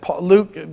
Luke